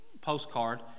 postcard